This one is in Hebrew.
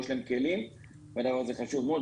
יש להם כלים, הדבר הזה חשוב מאוד.